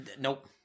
Nope